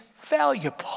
valuable